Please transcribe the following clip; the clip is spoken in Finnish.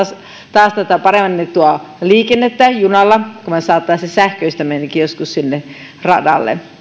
taas parannettua liikennettä junalla kunpa me saisimme sen sähköistämisenkin joskus sinne radalle